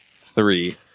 three